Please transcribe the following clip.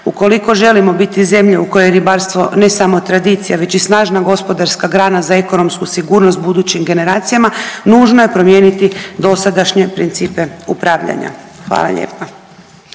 Ukoliko želimo biti zemlja u kojoj je ribarstvo ne samo tradicija već i snažna gospodarstva grana za ekonomsku sigurnost budućim generacijama nužno je promijeniti dosadašnje principe upravljanja, hvala lijepa.